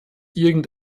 irgend